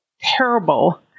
terrible